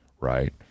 right